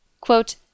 Quote